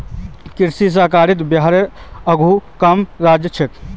कृषि सहकारितात बिहार स आघु कम राज्य छेक